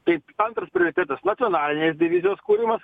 taip antras prioritetas nacionalinės divizijos kurios